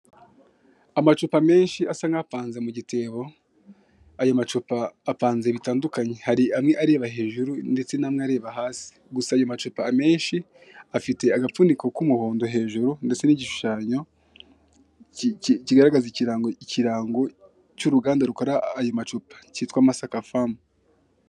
Amacupa menshi asa nk'apanze mu gitebo, aya macupa apanze bitandukanye. Hari amwe areba hejuru ndetse n'amwe areba hasi. Gusa ayo macupa menshi afite agapfuniko k'umuhondo hejuru, ndetse n'igishushanyo kigaragaza ikirango, ikirango cy'uruganda rukora ayo macupa, kitwa masaka fomu.